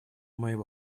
моего